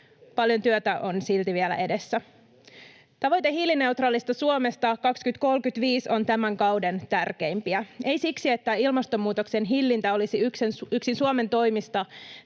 Paljon työtä on silti vielä edessä. Tavoite hiilineutraalista Suomesta 2035 on tämän kauden tärkeimpiä. Ei siksi, että ilmastonmuutoksen hillintä olisi yksin Suomen toimista